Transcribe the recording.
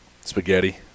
spaghetti